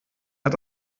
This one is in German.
hat